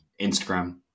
Instagram